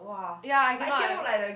ya I cannot eh